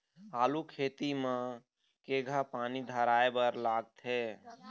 आलू खेती म केघा पानी धराए बर लागथे?